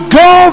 go